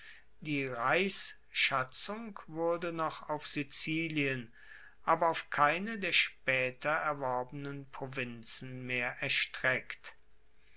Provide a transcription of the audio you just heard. die reichsschatzung wurde noch auf sizilien aber auf keine der spaeter erworbenen provinzen mehr erstreckt